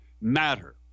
matter